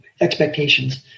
expectations